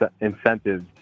incentives